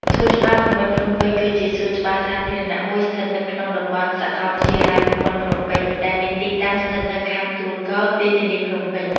សួនច្បារភូមិន្ទភ្នំពេញ គឺជាសួនច្បារសាធារណៈមួយស្ថិតនៅក្នុងតំបន់សាកលវិទ្យាល័យភូមិន្ទភ្នំពេញ ដែលមានទីតាំងស្ថិតនៅខណ្ឌទួលគោក រាជធានីភ្នំពេញ។